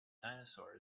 dinosaur